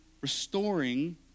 restoring